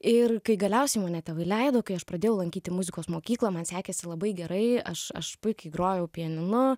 ir kai galiausiai mane tėvai leido kai aš pradėjau lankyti muzikos mokyklą man sekėsi labai gerai aš aš puikiai grojau pianinu